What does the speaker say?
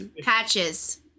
patches